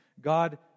God